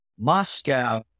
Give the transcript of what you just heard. Moscow